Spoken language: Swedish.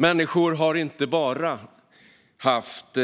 Människor har inte bara haft